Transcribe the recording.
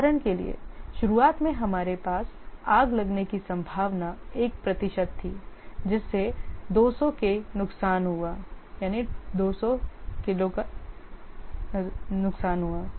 उदाहरण के लिए शुरुआत में हमारे पास आग लगने की संभावना 1 प्रतिशत थी जिससे 200 k नुकसान हुआ